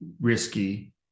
risky